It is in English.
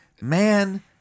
Man